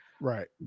Right